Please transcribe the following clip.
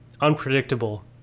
unpredictable